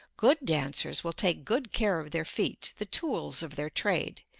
good dancers will take good care of their feet the tools of their trade.